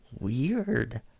weird